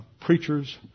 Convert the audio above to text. Preachers